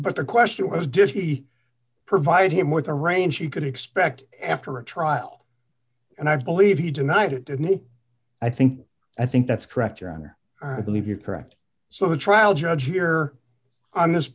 but the question was did he provide him with the range he could expect after a trial and i believe he denied it and i think i think that's correct your honor i believe you're correct so the trial judge here on this